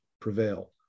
prevail